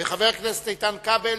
וחבר הכנסת איתן כבל,